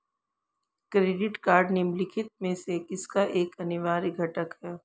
Credit card निम्नलिखित में से किसका एक अनिवार्य घटक है?